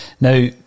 Now